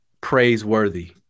praiseworthy